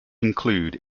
include